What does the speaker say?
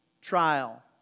trial